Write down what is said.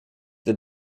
the